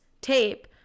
tape